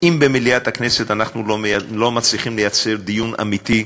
אם במליאת הכנסת אנחנו לא מצליחים לייצר דיון אמיתי,